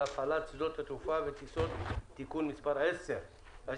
הפעלת שדות תעופה וטיסות) (תיקון מס' 9) (תיקון),